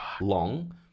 long